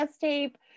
tape